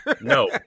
No